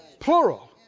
Plural